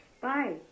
bye